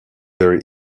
very